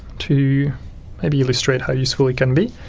to maybe illustrate how useful it can be,